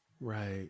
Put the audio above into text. Right